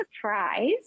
surprise